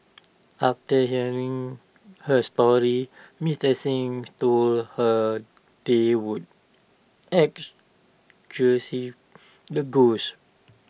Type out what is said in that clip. after hearing her story Mister Xing told her they would exorcise the ghosts